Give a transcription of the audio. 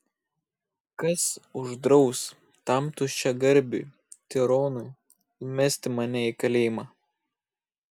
kas uždraus tam tuščiagarbiui tironui įmesti mane į kalėjimą